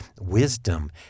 wisdom